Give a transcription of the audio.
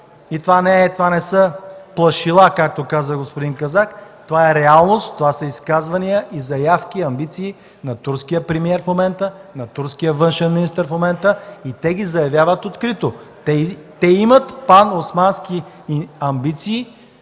изгода. Това не са плашила, както каза господин Казак. Това е реалност, това са изказвания, заявки и амбиции на турския премиер в момента, на турския външен министър в момента и те ги заявяват открито. Те имат паносмански амбиции,